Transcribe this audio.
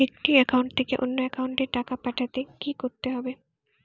একটি একাউন্ট থেকে অন্য একাউন্টে টাকা পাঠাতে কি করতে হবে?